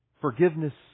Forgiveness